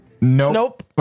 nope